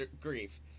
grief